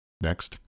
Next